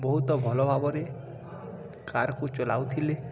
ବହୁତ ଭଲ ଭାବରେ କାର୍କୁ ଚଲାଉଥିଲେ